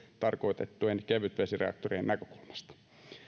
tarkoitettujen kevytvesireaktorien näkökulmasta